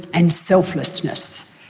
and selflessness.